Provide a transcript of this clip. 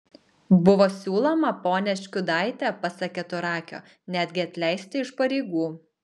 buvo siūloma ponią škiudaitę pasak keturakio netgi atleisti iš pareigų